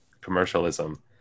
commercialism